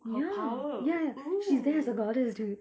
ya ya she's there as a goddess dude